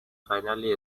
finally